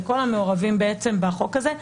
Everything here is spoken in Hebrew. לכל המעורבים בעצם בחוק הזה,